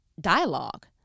dialogue